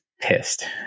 pissed